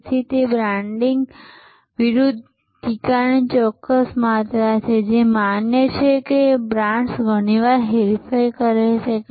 તેથી તે branding a વિરુદ્ધ ટીકાની ચોક્કસ માત્રા છે જે માન્ય છે કે બ્રાન્ડ્સ ઘણીવાર હેરફેર કરે છે